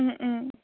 Om Om